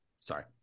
Sorry